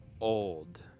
old